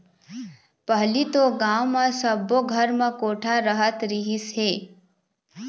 पहिली तो गाँव म सब्बो घर म कोठा रहत रहिस हे